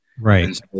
Right